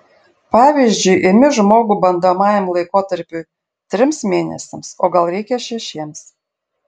pavyzdžiui imi žmogų bandomajam laikotarpiui trims mėnesiams o gal reikia šešiems